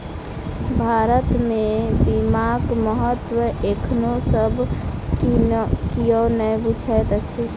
भारत मे बीमाक महत्व एखनो सब कियो नै बुझैत अछि